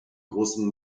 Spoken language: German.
großen